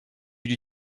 lui